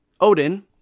Odin